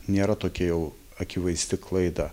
nėra tokia jau akivaizdi klaida